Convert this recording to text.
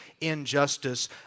injustice